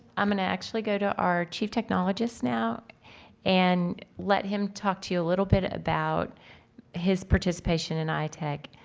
i'm gonna actually go to our chief technologist now and let him talk to you a little bit about his participation in itech.